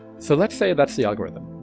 so let's say that's the algorithm.